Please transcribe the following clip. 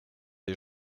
des